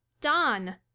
Don